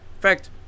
fact